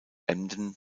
emden